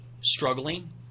struggling